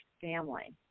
family